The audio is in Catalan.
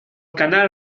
canal